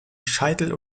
scheitel